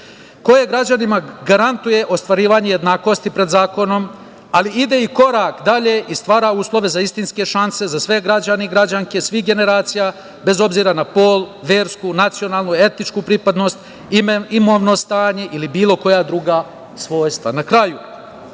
koje građanima garantuje ostvarivanje jednakosti pred zakonom, ali ide i korak dalje i stvara uslove za istinske šanse za sve građane i građanke svih generacija, bez obzira na pol, versku, nacionalnu, etičku pripadnost, imovno stanje ili bilo koja druga svojstva. Na kraju,